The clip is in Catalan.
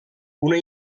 una